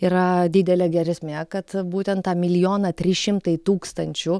yra didelė geresmė kad būtent tą milijoną trys šimtai tūkstančių